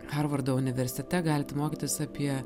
harvardo universitete galit mokytis apie